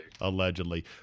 allegedly